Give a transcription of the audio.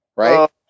Right